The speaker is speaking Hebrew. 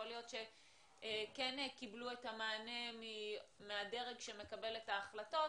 יכול להיות שכן קיבלו את המענה מהדרג שמקבל את ההחלטות,